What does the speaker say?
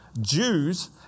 Jews